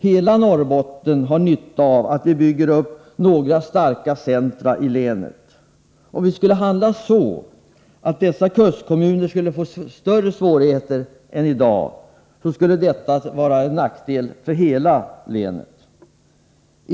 Hela Norrbotten har nytta av att vi bygger upp några starka centra i länet. Om vi skulle handla så att dessa kustkommuner skulle få större svårigheter än i dag, skulle detta bli till nackdel för hela länet.